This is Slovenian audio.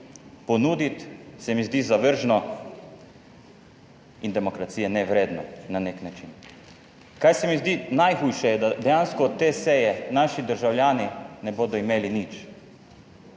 (nadaljevanje) zavržno in demokracije nevredno na nek način. Kar se mi zdi najhujše je, da dejansko od te seje naši državljani ne bodo imeli nič,